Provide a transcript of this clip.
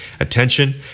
Attention